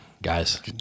Guys